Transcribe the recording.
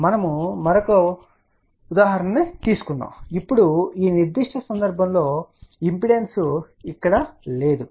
అప్పుడు మనము మరొక ఉదాహరణ రెండు తీసుకున్నాము ఇప్పుడు ఈనిర్దిష్ట సందర్భం లో ఇంపిడెన్స్ ఇక్కడ లేదు